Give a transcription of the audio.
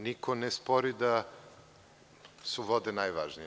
Niko ne spori da su vode najvažnije.